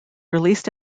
released